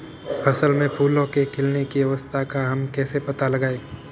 फसल में फूलों के खिलने की अवस्था का हम कैसे पता लगाएं?